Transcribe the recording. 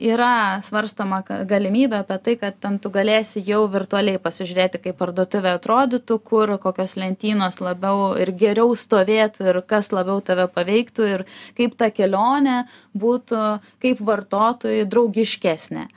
yra svarstoma ka galimybė apie tai kad ten tu galėsi jau virtualiai pasižiūrėti kai parduotuvė atrodytų kur kokios lentynos labiau ir geriau stovėtų ir kas labiau tave paveiktų ir kaip ta kelionė būtų kaip vartotojui draugiškesnė